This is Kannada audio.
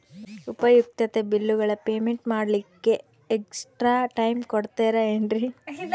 ಉಪಯುಕ್ತತೆ ಬಿಲ್ಲುಗಳ ಪೇಮೆಂಟ್ ಮಾಡ್ಲಿಕ್ಕೆ ಎಕ್ಸ್ಟ್ರಾ ಟೈಮ್ ಕೊಡ್ತೇರಾ ಏನ್ರಿ?